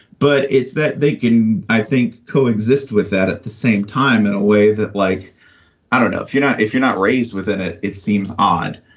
but it's that they can, i think, coexist with that at the same time in a way that like i don't know if you know, if you're not raised within it. it seems odd,